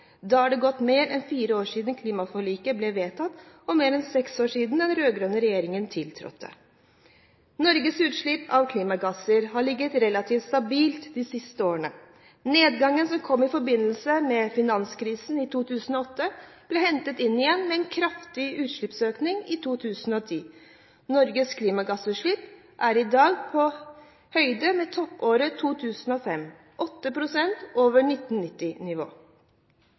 Da er det gått mer enn fire år siden klimaforliket ble vedtatt, og mer enn seks år siden den rød-grønne regjeringen tiltrådte. Norges utslipp av klimagasser har ligget relativt stabilt de siste årene. Nedgangen som kom i forbindelse med finanskrisen i 2008, ble hentet inn igjen med en kraftig utslippsøkning i 2010. Norges klimagassutslipp er i dag på høyde med toppåret 2005 – 8 pst. over